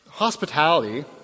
Hospitality